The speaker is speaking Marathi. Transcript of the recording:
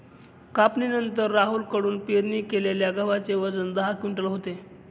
कापणीनंतर राहुल कडून पेरणी केलेल्या गव्हाचे वजन दहा क्विंटल होते